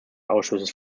ausschusses